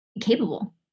Capable